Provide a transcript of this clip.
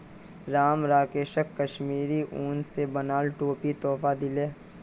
राम राकेशक कश्मीरी उन स बनाल टोपी तोहफात दीले